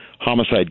Homicide